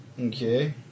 Okay